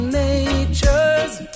nature's